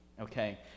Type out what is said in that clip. okay